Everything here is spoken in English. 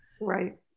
Right